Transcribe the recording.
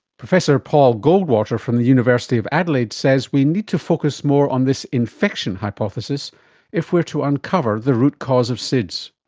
professor paul goldwater from the university of adelaide says we need to focus more on this infection hypothesis if we are to uncover the root cause of sids.